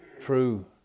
true